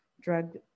drug